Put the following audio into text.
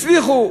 הצליחו,